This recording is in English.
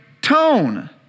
tone